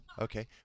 Okay